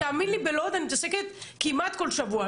תאמין לי, בלוד אני מתעסקת כמעט כל שבוע.